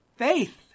faith